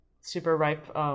super-ripe